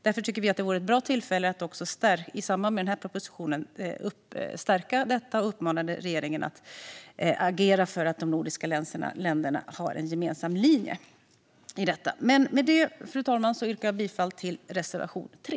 Därför tycker vi att det vore ett bra tillfälle att i samband med denna proposition stärka detta och uppmana regeringen att agera för att de nordiska länderna har en gemensam linje i detta. Fru talman! Med det yrkar jag bifall till reservation 3.